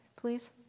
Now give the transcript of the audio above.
please